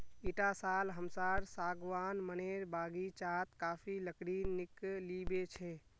इटा साल हमसार सागवान मनेर बगीचात काफी लकड़ी निकलिबे छे